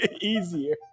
easier